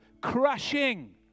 crushing